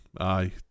aye